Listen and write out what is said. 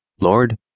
Lord